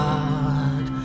God